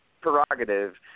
prerogative